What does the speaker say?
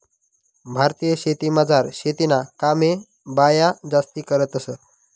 भारतीय शेतीमझार शेतीना कामे बाया जास्ती करतंस